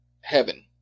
heaven